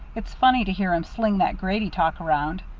it's funny to hear him sling that grady talk around.